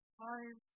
time